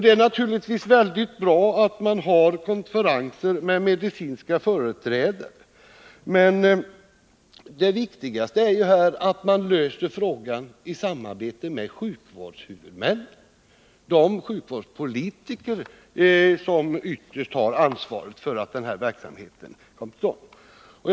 Det är naturligtvis väldigt bra att man har konferenser med medicinska företrädare, men det viktigaste är att man löser frågan i samarbete med sjukvårdshuvudmännen, de sjukvårdspolitiker som ytterst har ansvaret för att den här verksamheten kommer till stånd.